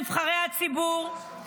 נבחרי הציבור,